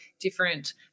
different